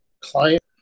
client